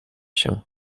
się